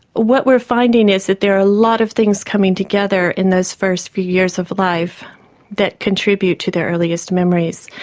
what we're finding is that there are a lot of things coming together in those first few years of life that contribute to their earliest memories.